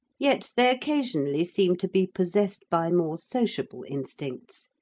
yet they occasionally seem to be possessed by more sociable instincts,